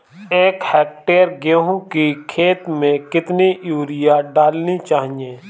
एक हेक्टेयर गेहूँ की खेत में कितनी यूरिया डालनी चाहिए?